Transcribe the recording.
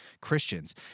Christians